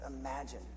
imagine